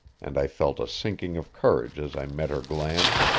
and i felt a sinking of courage as i met her glance.